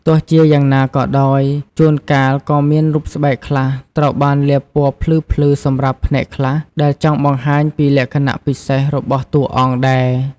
ទោះជាយ៉ាងណាក៏ដោយ ជួនកាលក៏មានរូបស្បែកខ្លះត្រូវបានលាបពណ៌ភ្លឺៗសម្រាប់ផ្នែកខ្លះដែលចង់បង្ហាញពីលក្ខណៈពិសេសរបស់តួអង្គដែរ។